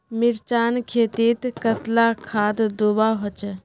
मिर्चान खेतीत कतला खाद दूबा होचे?